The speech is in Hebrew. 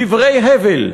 דברי הבל.